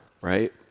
right